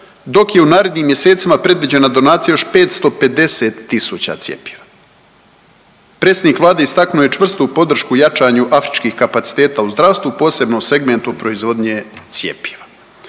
dok je u naprednim mjesecima predviđena donacija još 550 tisuća cjepiva. Predsjednik Vlade istaknuo je čvrstu podršku jačanju afričkih kapaciteta u zdravstvu, posebno u segmentu proizvodnje cjepiva.